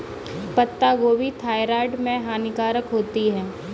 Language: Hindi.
पत्ता गोभी थायराइड में हानिकारक होती है